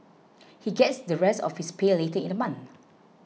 he gets the rest of his pay later in the month